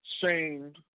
shamed